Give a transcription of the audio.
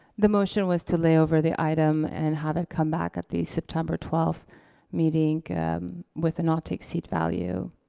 the motion was to lay over the item and have it come back at the september twelfth meeting with a not to exceed value